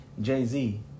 Jay-Z